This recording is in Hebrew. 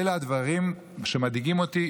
אלה הדברים שמדאיגים אותי.